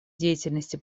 деятельности